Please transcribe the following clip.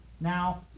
now